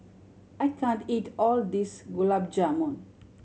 I can't eat all of this Gulab Jamun